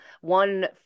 One